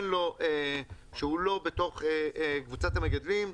שהוא לא בתוך קבוצת המגדלים,